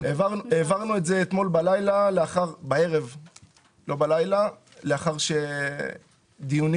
העברנו את זה אתמול בערב לאחר דיונים